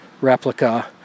replica